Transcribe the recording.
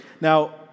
Now